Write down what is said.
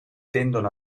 tendono